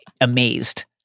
amazed